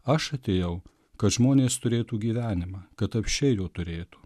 aš atėjau kad žmonės turėtų gyvenimą kad apsčiai jo turėtų